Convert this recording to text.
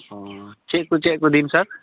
ᱚᱸᱻ ᱪᱮᱫ ᱠᱚ ᱪᱮᱫ ᱠᱚ ᱫᱤᱱ ᱥᱟᱨ